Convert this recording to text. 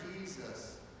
Jesus